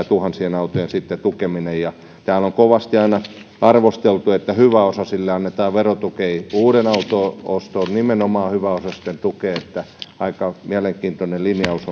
tuhansien autojen tukeminen täällä on kovasti aina arvosteltu että hyväosaisille annetaan verotukia uuden auton osto on nimenomaan hyväosaisten tukea eli aika mielenkiintoinen linjaus